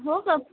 हो का